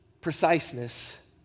preciseness